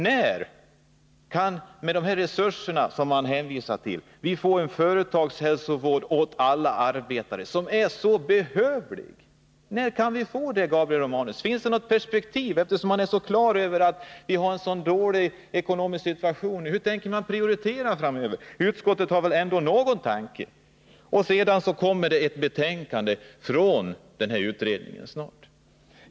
När kan vi — med de resurser utskottet hänvisar till — få en företagshälsovård åt alla arbetare, vilket är så behövligt? Har utskottet något tidsperspektiv, Gabriel Romanus? Utskottet har ju klart för sig att vi har en mycket dålig ekonomisk situation. Hur tänker man då prioritera framöver? Man har väl i utskottet ändå några tankar om det! Utskottet säger att det snart kommer ett betänkande från utredningen.